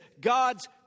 God's